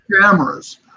cameras